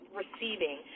receiving